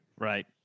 Right